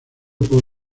por